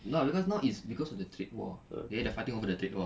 no now cause now is cause of the trade war okay they fighting over the trade war